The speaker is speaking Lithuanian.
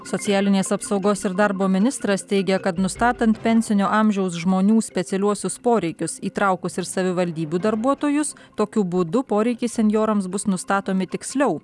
socialinės apsaugos ir darbo ministras teigia kad nustatant pensinio amžiaus žmonių specialiuosius poreikius įtraukus ir savivaldybių darbuotojus tokiu būdu poreikiai senjorams bus nustatomi tiksliau